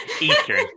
Eastern